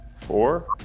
four